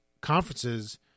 conferences